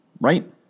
right